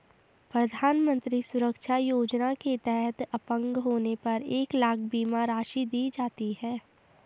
प्रधानमंत्री सुरक्षा योजना के तहत अपंग होने पर एक लाख बीमा राशि दी जाती है